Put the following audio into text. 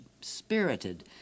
spirited